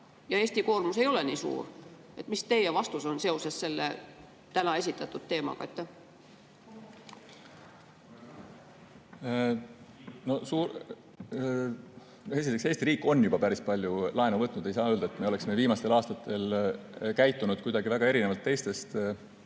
ja Eesti koormus ei ole nii suur. Mis teie vastus on seoses selle tänase teemaga? Esiteks, Eesti riik on juba päris palju laenu võtnud. Ei saa öelda, et me oleme viimastel aastatel käitunud kuidagi väga erinevalt teistest